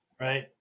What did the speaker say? right